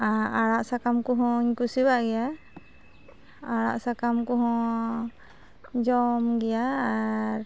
ᱟᱨ ᱟᱲᱟᱜᱼᱥᱟᱠᱟᱢᱠᱚᱦᱚᱸᱧ ᱠᱩᱥᱤᱣᱟᱜ ᱜᱮᱭᱟ ᱟᱲᱟᱜᱼᱥᱟᱠᱟᱢ ᱠᱚᱦᱚᱸ ᱡᱚᱢᱜᱮᱭᱟ ᱟᱨ